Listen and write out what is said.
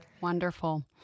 Wonderful